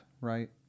Right